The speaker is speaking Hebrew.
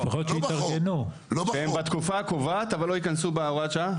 שהם בתקופה הקובעת אבל לא ייכנסו בהוראת השעה?